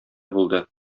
булды